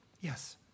Yes